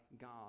God